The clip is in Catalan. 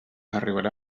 arribarà